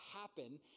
happen